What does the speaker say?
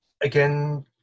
again